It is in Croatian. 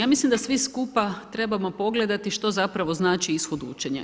Ja mislim da svi skupa trebamo pogledati što zapravo znači ishod učenja.